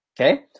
Okay